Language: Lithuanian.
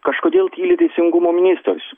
kažkodėl tyli teisingumo ministras